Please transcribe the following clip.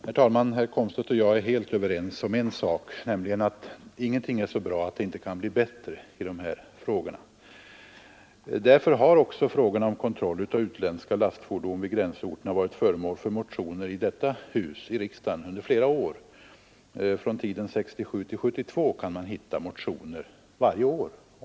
Herr talman! Herr Komstedt och jag är helt överens om en sak: ingenting är här så bra att det inte kan bli bättre. Därför har också frågan om kontrollen av utländska lastfordon i gränsorterna varit föremål för motioner i riksdagen under flera år — under tiden 1967—1972 kan man hitta motioner varje år.